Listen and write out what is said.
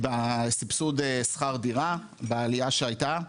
העלייה בסבסוד שכר דירה, בעלייה שהייתה,